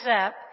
up